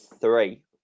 three